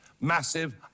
massive